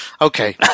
Okay